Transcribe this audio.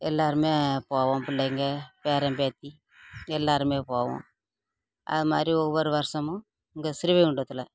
எல்லோருமே போவோம் பிள்ளைங்க பேரன் பேத்தி எல்லோருமே போவோம் அது மாதிரி ஒவ்வொரு வருடமும் இங்கே ஸ்ரீவைகுண்டத்தில்